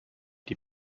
die